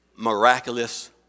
miraculous